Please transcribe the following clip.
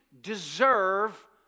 deserve